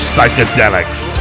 Psychedelics